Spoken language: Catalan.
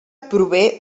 prové